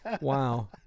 Wow